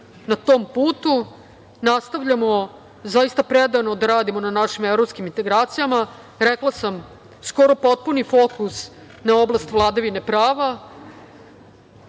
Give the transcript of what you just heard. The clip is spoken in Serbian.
na tom putu, nastavljamo predano da radimo na našim evropskim integracijama. Rekla sam, skoro potpuno novi fokus na oblast vladavine prava,